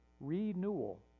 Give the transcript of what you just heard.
Renewal